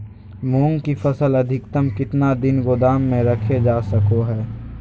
मूंग की फसल अधिकतम कितना दिन गोदाम में रखे जा सको हय?